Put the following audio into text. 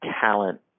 talent